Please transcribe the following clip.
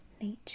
nature